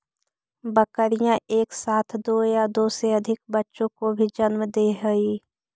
बकरियाँ एक साथ दो या दो से अधिक बच्चों को भी जन्म दे हई